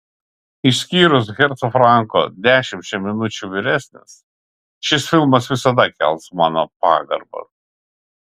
išskyrus herco franko dešimčia minučių vyresnis šis filmas visada kels mano pagarbą